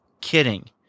kidding